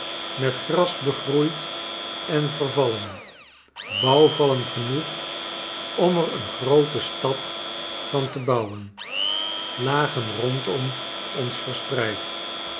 met gras begroeid en vervallen bouwvallen genoeg om er eene groote stad van te bouwen lagen rondom ons verspreid